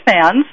fans